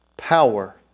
Power